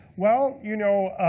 well, you know,